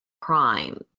crime